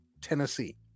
Tennessee